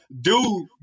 Dude